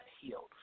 healed